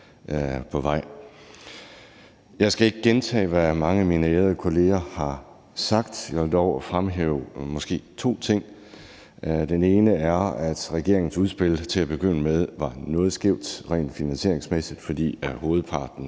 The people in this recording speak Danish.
på vej. Jeg skal ikke gentage, hvad mange af mine ærede kolleger har sagt. Jeg vil dog måske fremhæve to ting. Den ene er, at regeringens udspil til at begynde med var noget skævt rent finansieringsmæssigt, fordi hovedparten